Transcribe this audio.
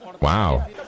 Wow